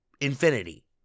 infinity